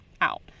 out